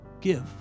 give